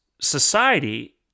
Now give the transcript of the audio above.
society